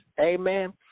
amen